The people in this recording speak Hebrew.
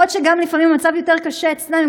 גם אם לפעמים המצב יותר קשה אצלם,